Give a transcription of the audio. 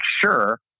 sure